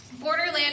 Borderland